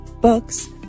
books